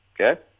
okay